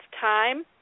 time